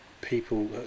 people